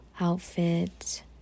outfit